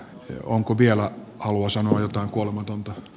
onko vielä halua sanoa jotain kuolematonta